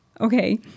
okay